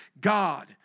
God